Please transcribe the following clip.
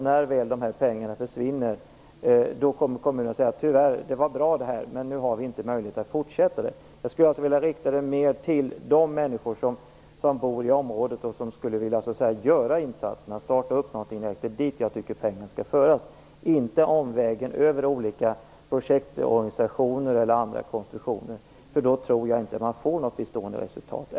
När de här pengarna försvinner kommer kommunen att säga: Det här var bra, man nu har vi tyvärr inte möjlighet att fortsätta det. Jag skulle alltså vilja rikta pengarna mer till de människor som bor i området och som skulle vilja göra insatserna, starta någonting. Det är dit jag tycker att pengarna skall föras, inte omvägen över olika projektorganisationer eller andra konstruktioner. Då tror jag inte att man får något bestående resultat.